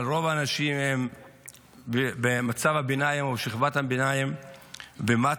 אבל רוב האנשים הם בשכבת הביניים ומטה,